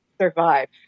survive